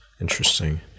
Interesting